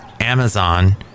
Amazon